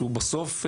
שבסוף,